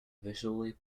visually